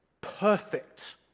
Perfect